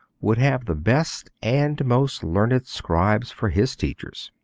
would have the best and most learned scribes for his teachers.